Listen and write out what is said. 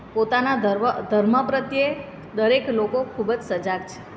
પોતાના ધર્વ ધર્મ પ્રત્યે દરેક લોકો ખૂબ જ સજાગ છે